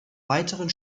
weiteren